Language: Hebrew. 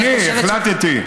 אני חושבת,